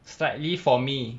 slightly for me